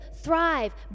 thrive